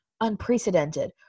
unprecedented